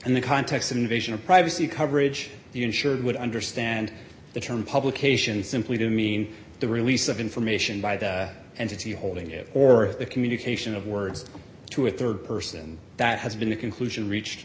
in the context of invasion of privacy coverage the insured would understand the term publication simply to mean the release of information by the entity holding it or the communication of words to a rd person and that has been the conclusion reached